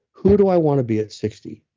who do i want to be at sixty?